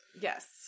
Yes